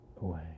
away